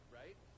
right